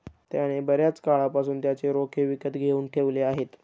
त्याने बर्याच काळापासून त्याचे रोखे विकत घेऊन ठेवले आहेत